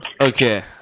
Okay